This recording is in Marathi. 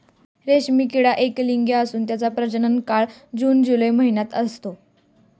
रेशीम किडा एकलिंगी असून त्याचा प्रजनन काळ जून जुलै महिन्यात असतो